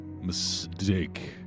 mistake